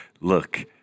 Look